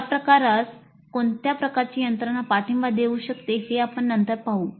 या प्रकारास कोणत्या प्रकारची यंत्रणा पाठिंबा देऊ शकते हे आपण नंतर पाहू